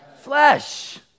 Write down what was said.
Flesh